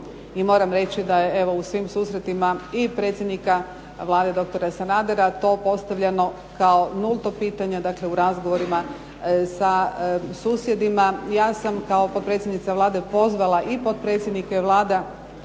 i moram reći da je, evo u svim susretima i predsjednika Vlade, doktora Sanadera to postavljano kao nulto pitanje, dakle u razgovorima sa susjedima. Ja sam kao potpredsjednica Vlade pozvala i potpredsjednike vlada